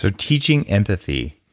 so teaching empathy.